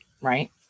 Right